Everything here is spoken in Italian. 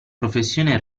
professione